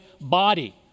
body